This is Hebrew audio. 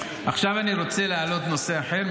עכשיו אני רוצה להעלות נושא אחר,